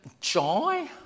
joy